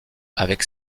avec